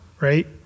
right